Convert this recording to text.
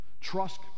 Trust